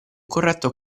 corretto